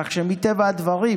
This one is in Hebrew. כך שמטבע הדברים,